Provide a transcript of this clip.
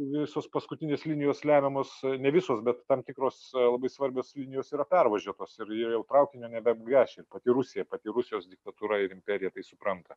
visos paskutinės linijos lemiamos ne visos bet tam tikros labai svarbios linijos yra pervažiuotos ir ir jau traukinio nebeapgręši ir pati rusija pati rusijos diktatūra ir imperija tai supranta